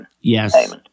Yes